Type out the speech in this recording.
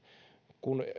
kun